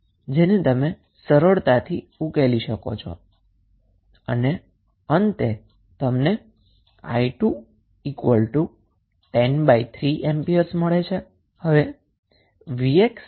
જેને તમે સરળતાથી ઉકેલી શકો છો અને અંતે તમને 𝑖2103 એમ્પિયર મળે છે